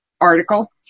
article